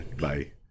Bye